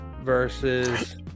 versus